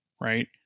right